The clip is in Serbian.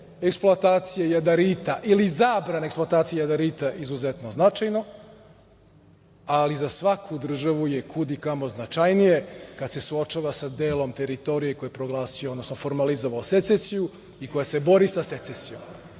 eksploatacije jadarita, ili zabrane eksploatacije jadarita izuzetno značajno, ali za svaku državu je kud i kamo značajnije, kada se suočava sa delom teritorije koji je proglasio, odnosno formalizovao secesiju, i koja se bori sa secesijom. Sramota